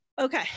Okay